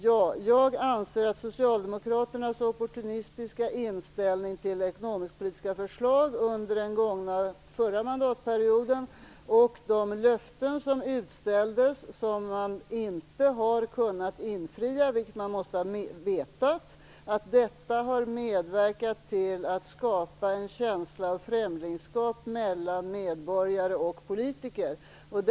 Ja, jag anser att Socialdemokraternas opportunistiska inställning till ekonomisk-politiska förslag under förra mandatperioden och de löften som utställdes men som man inte har kunnat infria - vilket man måste ha vetat - har medverkat till att en känsla av främlingskap mellan medborgare och politiker skapats.